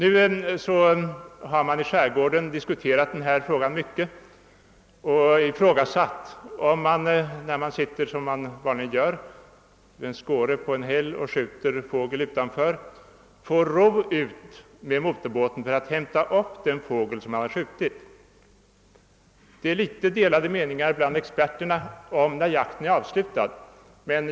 I skärgården har man diskuterat detta problem mycket ingående och ifrågasatt om man får ro ut med motorbåt för att hämta upp den fågel som man har skjutit från en s.k. skåre på en häll. Det råder litet delade meningar bland experterna om när jakten är avslutad.